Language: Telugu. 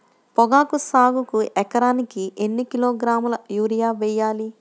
పొగాకు సాగుకు ఎకరానికి ఎన్ని కిలోగ్రాముల యూరియా వేయాలి?